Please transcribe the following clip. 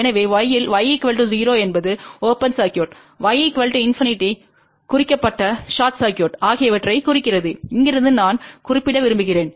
எனவே y இல் y 0 என்பது ஓபன் சர்க்யூட் y ∞ குறிக்கப்பட்ட ஷார்ட் சர்க்யூட் ஆகியவற்றைக் குறிக்கிறது இங்கிருந்து நான் குறிப்பிட விரும்புகிறேன்